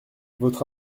votre